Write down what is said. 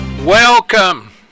Welcome